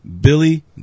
Billy